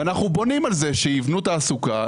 אנחנו בונים על זה שיבנו תעסוקה,